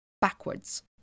backwards